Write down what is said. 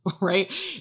right